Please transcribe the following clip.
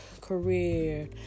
career